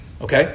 Okay